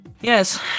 Yes